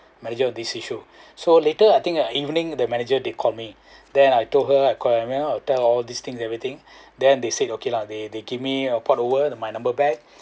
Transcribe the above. manager on this issue so later I think uh evening the manager did call me then I told her I call them out I tell all this things and everything then they said okay lah they they give me uh port over my number back